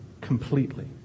completely